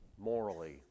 morally